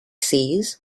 seas